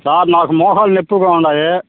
sir నాకు మోకాళ్ళు నొప్పిగా ఉన్నాయి